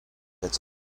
its